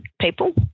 people